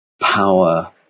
power